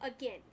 again